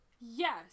Yes